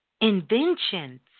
inventions